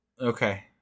Okay